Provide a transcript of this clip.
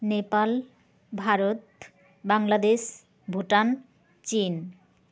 ᱱᱮᱯᱟᱞ ᱵᱷᱟᱨᱚᱛ ᱵᱟᱝᱞᱟᱰᱮᱥ ᱵᱷᱩᱴᱟᱱ ᱪᱤᱱ